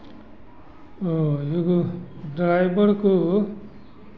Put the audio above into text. हाँ एगो ड्राइवर को